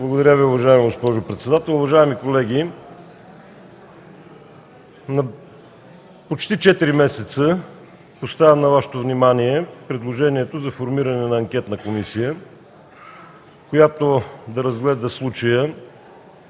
Благодаря, уважаема госпожо председател. Уважаеми колеги, почти четири месеца поставям на Вашето внимание предложението за формиране на Анкетна комисия, която да разгледа случая